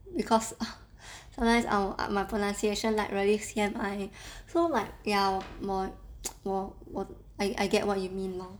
because ugh sometimes I will my pronunciation like really C_M_I so like ya 我我 I get what you mean lor